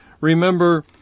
Remember